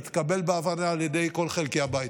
יתקבל בהבנה על ידי כל חלקי הבית.